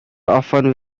often